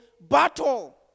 battle